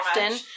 often